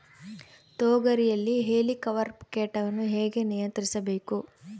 ತೋಗರಿಯಲ್ಲಿ ಹೇಲಿಕವರ್ಪ ಕೇಟವನ್ನು ಹೇಗೆ ನಿಯಂತ್ರಿಸಬೇಕು?